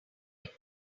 were